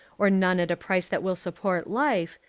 or none at a price that will support life,